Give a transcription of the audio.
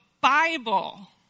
Bible